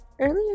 Earlier